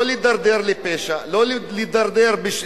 לא להידרדר לפשע,